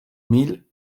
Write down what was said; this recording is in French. mille